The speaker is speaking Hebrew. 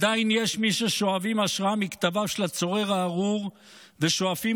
עדיין יש מי ששואבים השראה מכתביו של הצורר הארור ושואפים